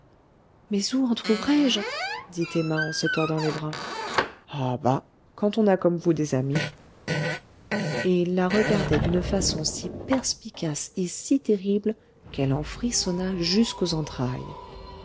mais où en trouverai-je dit emma en se tordant les bras ah bah quand on a comme vous des amis et il la regardait d'une façon si perspicace et si terrible qu'elle en frissonna jusqu'aux entrailles